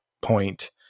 point